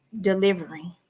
delivering